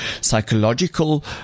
psychological